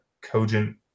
cogent